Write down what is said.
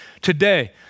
today